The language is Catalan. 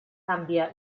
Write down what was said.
gàmbia